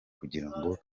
kugirango